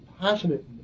passionate